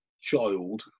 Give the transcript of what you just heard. child